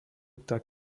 tak